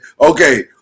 okay